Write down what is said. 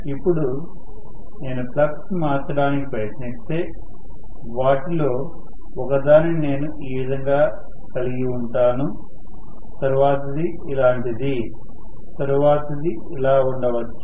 ఇప్పుడు నేను ఫ్లక్స్ను మార్చడానికి ప్రయత్నిస్తే వాటిలో ఒకదానిని నేను ఈ విధంగా కలిగి ఉంటాను తరువాతిది ఇలాంటిది తరువాతిది ఇలా ఉండవచ్చు